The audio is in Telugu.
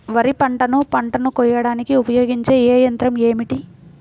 వరిపంటను పంటను కోయడానికి ఉపయోగించే ఏ యంత్రం ఏమిటి?